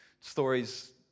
stories